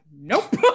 nope